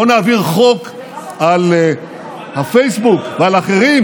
בואו נעביר חוק על הפייסבוק ועל אחרים,